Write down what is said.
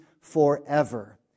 forever